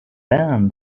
then